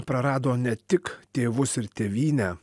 prarado ne tik tėvus ir tėvynę